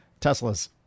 Teslas